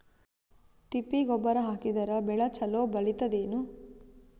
ತಿಪ್ಪಿ ಗೊಬ್ಬರ ಹಾಕಿದರ ಬೆಳ ಚಲೋ ಬೆಳಿತದೇನು?